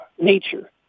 Nature